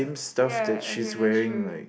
ya okay that's true